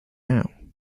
now